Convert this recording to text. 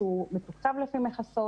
שהוא מתוקצב לפי מכסות.